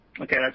Okay